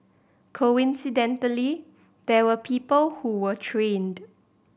coincidentally there were people who were trained